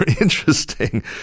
interesting